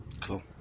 Cool